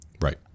right